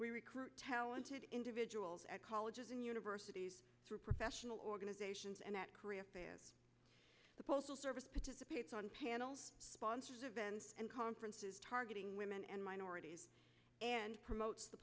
we recruit talented individuals at colleges and universities through professional organizations and at career the postal service participates on panels sponsors events and conferences targeting women and minorities and promotes the